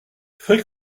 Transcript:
frais